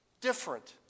different